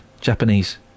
Japanese